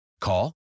Call